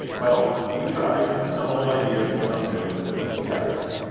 well, we tried some old ideas and some new, and put them together,